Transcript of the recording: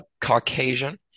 caucasian